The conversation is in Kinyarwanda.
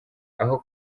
aho